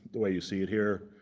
the way you see it here,